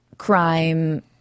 crime